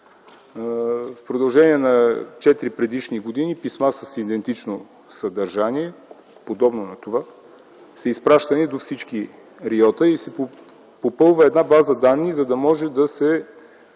В продължение на четири предишни години писма с идентично съдържание, подобно на това, са изпращани до всички РИО-та и се попълва база данни, за да може да се